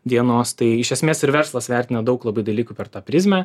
dienos tai iš esmės ir verslas vertina daug labai dalykų per tą prizmę